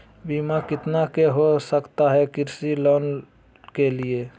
बीमा कितना के हो सकता है कृषि लोन के लिए?